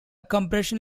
compression